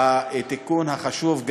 עוד תיקון חשוב,